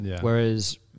Whereas